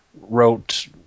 wrote